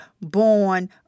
born